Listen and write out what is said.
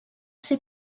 ser